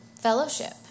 fellowship